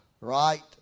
right